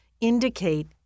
indicate